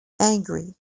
angry